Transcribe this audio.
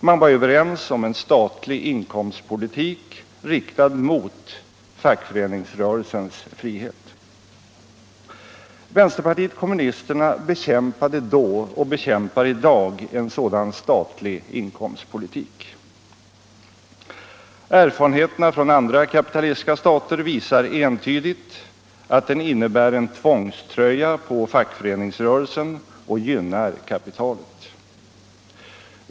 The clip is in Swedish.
Man var överens om en statlig inkomstpolitik riktad mot fackföreningsrörelsens frihet. Vänsterpartiet kommunisterna bekämpade då och bekämpar i dag en sådan statlig inkomstpolitik. Erfarenheterna från andra kapitalistiska stater visar entydigt att den innebär en tvångströja på fackföreningsrörelsen och gynnar kapitalet.